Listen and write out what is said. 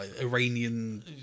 Iranian